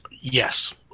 Yes